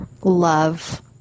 love